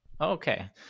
Okay